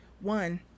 one